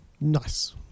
Nice